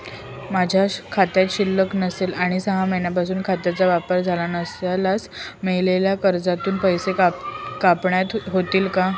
माझ्या खात्यात शिल्लक नसेल आणि सहा महिन्यांपासून खात्याचा वापर झाला नसल्यास मिळालेल्या कर्जातून पैसे कपात होतील का?